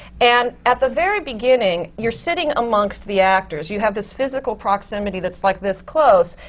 and at the very beginning, you're sitting amongst the actors. you have this physical proximity that's, like, this close.